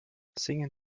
singen